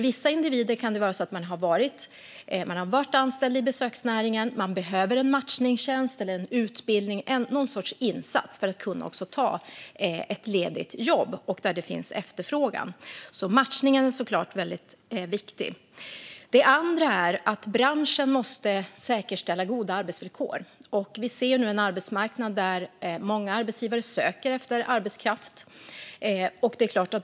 Vissa individer kan ha varit anställda i besöksnäringen och kan behöva en matchningstjänst eller en utbildning - någon sorts insats - för att kunna ta ett ledigt jobb där det finns efterfrågan. Matchningen är såklart väldigt viktig. För det andra måste branschen säkerställa goda arbetsvillkor. Vi ser nu en arbetsmarknad där många arbetsgivare söker arbetskraft.